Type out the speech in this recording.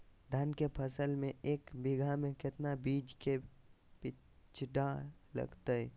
धान के फसल में एक बीघा में कितना बीज के बिचड़ा लगतय?